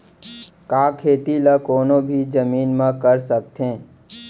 का खेती ला कोनो भी जमीन म कर सकथे?